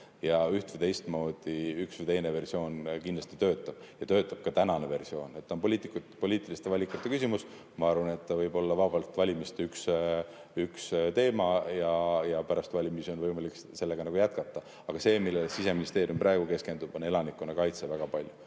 Üht- või teistmoodi üks või teine versioon kindlasti töötab, ja töötab ka tänane versioon. See on poliitiliste valikute küsimus. Ma arvan, et see võib vabalt olla valimiste üks teema, ja pärast valimisi on võimalik sellega jätkata. Aga see, millele Siseministeerium praegu keskendub, on väga paljus